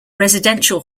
residential